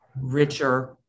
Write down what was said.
richer